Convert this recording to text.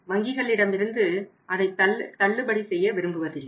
வங்கிகளிடமிருந்து அதை தள்ளுபடி செய்ய விரும்புவதில்லை